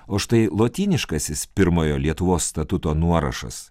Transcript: o štai lotyniškasis pirmojo lietuvos statuto nuorašas